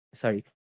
Sorry